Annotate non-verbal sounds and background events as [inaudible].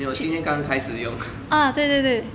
没有我今天刚刚开始用 [laughs]